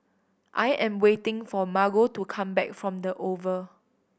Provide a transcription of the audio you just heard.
I am waiting for Margo to come back from The Oval